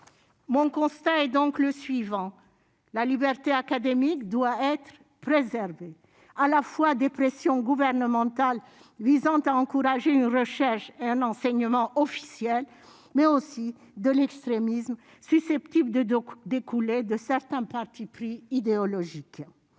mon constat est donc le suivant : la liberté académique doit être préservé à la fois des pressions gouvernementales visant à encourager la recherche un enseignement officiel mais aussi de l'extrémisme susceptibles de donc découlait de certains partis pris idéologiques,